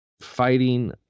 fighting